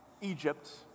Egypt